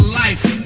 life